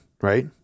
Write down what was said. right